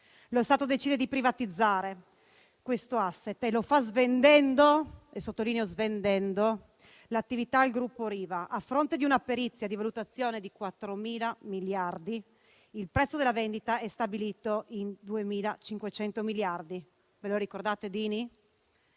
Lo Stato decide di privatizzare questo *asset* e lo fa svendendo - sottolineo svendendo - l'attività al gruppo Riva. A fronte di una perizia di valutazione di 4.000 miliardi, il prezzo della vendita è stabilito in 2.500 miliardi. Ve lo ricordate Dini?